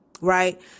right